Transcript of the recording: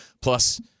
Plus